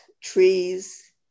trees